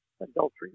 adultery